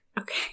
Okay